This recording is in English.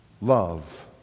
love